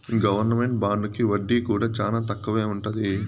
government బాండుకి వడ్డీ కూడా చానా తక్కువే ఉంటది